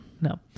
no